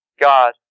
God